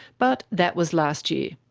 but that was last year.